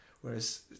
Whereas